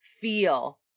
feel